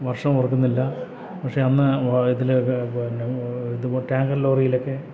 വർഷം ഓർക്കുന്നില്ല പക്ഷെ അന്ന് ഇതിൽ പിന്നെ ഇത് ടാങ്കർ ലോറിയിലൊക്കെ